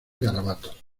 garabatos